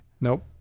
Nope